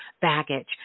baggage